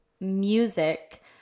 music